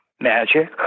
magic